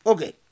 Okay